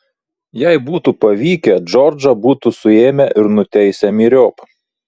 jei būtų pavykę džordžą būtų suėmę ir nuteisę myriop